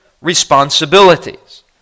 responsibilities